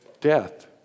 death